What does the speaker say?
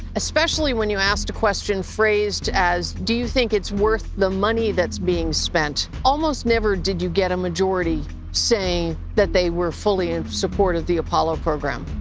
especially when you asked a question phrased phrased as, do you think it's worth the money that's being spent? almost never did you get a majority saying that they were fully in support of the apollo program.